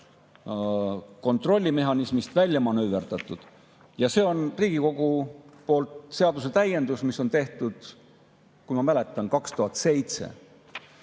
kontrollimehhanismist välja manööverdatud. See on Riigikogu tehtud seadusetäiendus, mis on tehtud, kui ma õigesti mäletan, 2007.